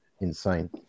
insane